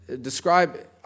Describe